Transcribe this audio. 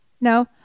No